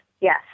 yes